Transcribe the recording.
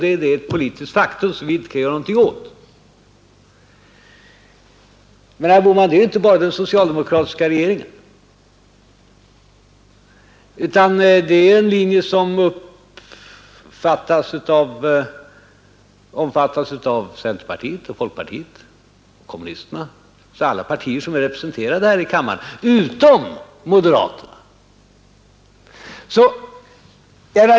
Det är ett politiskt faktum som vi inte kan göra någonting åt.” Men, herr Bohman, det är ju inte bara den socialdemokratiska regeringens linje, utan det är en linje som omfattas av centerpartiet och folkpartiet och kommunisterna — alltså alla partier som är representerade här i kammaren utom moderaterna.